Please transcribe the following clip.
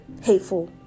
hateful